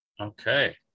Okay